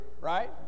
right